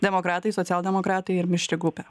demokratai socialdemokratai ir mišri grupė